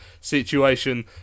situation